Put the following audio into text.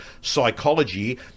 psychology